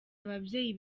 ababyeyi